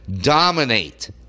dominate